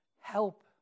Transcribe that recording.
help